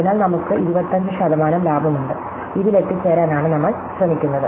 അതിനാൽ നമുക്ക് 25 ശതമാനം ലാഭമുണ്ട് ഇതിൽ എത്തിച്ചേരാൻ ആണ് നമ്മൾ ശ്രമിക്കുന്നത്